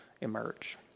emerge